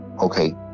okay